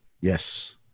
Yes